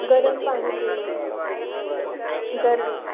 गरम पाणी पिणं जर